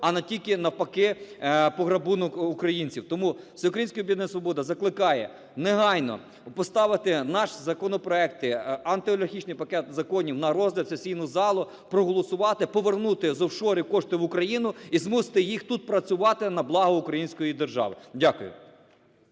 а тільки, навпаки, пограбунок українців. Тому Всеукраїнське об'єднання "Свобода" закликає негайно поставити наші законопроекти – антиолігархічний пакет законів на розгляд в сесійну залу, проголосувати повернути з офшорів кошти в Україну і змусити їх тут працювати на благо української держави. Дякую.